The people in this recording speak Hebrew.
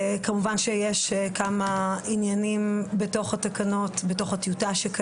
כמובן שיש כמה עניינים בתוך הטיוטה,